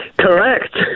Correct